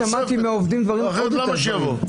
שמעתי מהעובדים דברים עוד יותר גרועים.